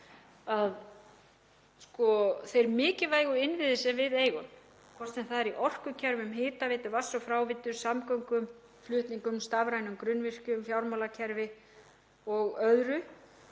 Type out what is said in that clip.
að þeir mikilvægu innviðir sem við eigum, hvort sem það er í orkukerfum, hitaveitu, vatns- og fráveitu, samgöngum, flutningum, stafrænum grunnvirkjum, fjármálakerfi og öðru